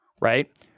right